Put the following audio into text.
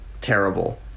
terrible